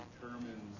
determines